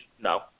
no